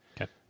okay